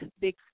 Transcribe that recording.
big